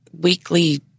weekly